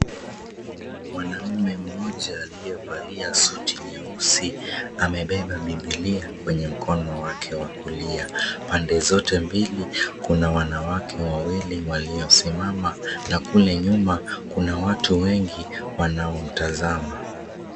Mwanamme mmoja aliyevalia suti nyeusi amebeba Biblia kwenye mkono wake wa kulia. Pande zote mbili kuna wanawake wawili waliosimama na kule nyuma kuna watu wengi wanaomtazama.